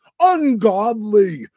ungodly